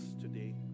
today